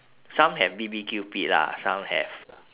some have B_B_Q pit lah some have